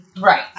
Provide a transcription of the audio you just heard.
right